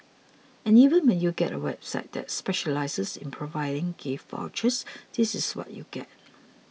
and even when you get a website that specialises in providing gift vouchers this is what you get